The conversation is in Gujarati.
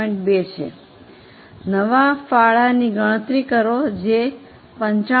2 છે નવા ફાળોની ગણતરી કરો જે 95